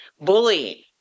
bullying